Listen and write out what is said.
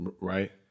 right